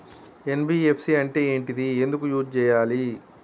NBFC అంటే ఏంటిది ఎందుకు యూజ్ చేయాలి?